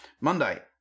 Monday